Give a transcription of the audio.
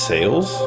Sales